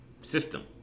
system